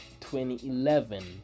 2011